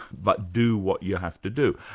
but do what you have to do'.